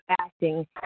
acting